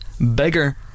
beggar